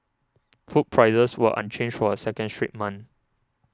food prices were unchanged for a second straight month